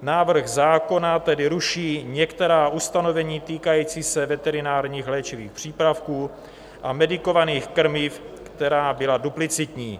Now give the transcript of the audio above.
Návrh zákona tedy ruší některá ustanovení týkající se veterinárních léčivých přípravků a medikovaných krmiv, která byla duplicitní.